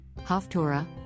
Haftorah